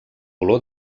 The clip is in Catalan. olor